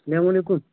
سلام علیکم